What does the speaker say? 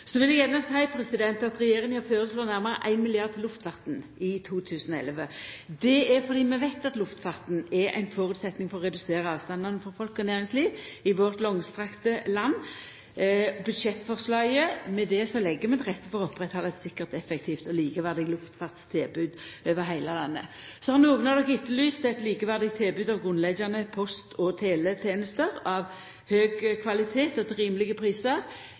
Så vil eg gjerne seia at regjeringa føreslår nærmare 1 mrd. kr til luftfarten i 2011. Det er fordi vi veit at luftfarten er ein føresetnad for å redusera avstandane for folk og næringsliv i vårt langstrakte land. Med budsjettforslaget legg vi til rette for å halda ved lag eit sikkert, effektivt og likeverdig luftfartstilbod over heile landet. Så har nokre av dykk etterlyst eit likeverdig tilbod av grunnleggjande post- og teletenester, av høg kvalitet og til rimelege prisar.